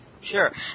Sure